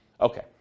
Okay